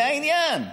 זה העניין.